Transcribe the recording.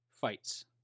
fights